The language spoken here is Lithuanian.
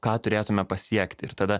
ką turėtume pasiekti ir tada